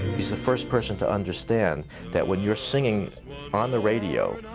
he's the first person to understand that when you're singing on the radio,